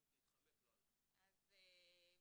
ניסיתי להתחמק, לא הלך.